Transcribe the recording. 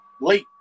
late